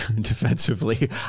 defensively